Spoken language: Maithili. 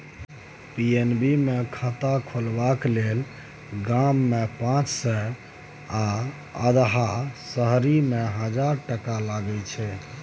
पी.एन.बी मे खाता खोलबाक लेल गाममे पाँच सय आ अधहा शहरीमे हजार टका लगै छै